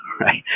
right